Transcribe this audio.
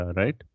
right